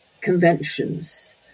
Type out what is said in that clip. conventions